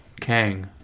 Kang